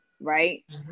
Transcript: right